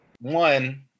one